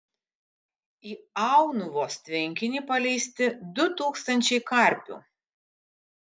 į aunuvos tvenkinį paleisti du tūkstančiai karpių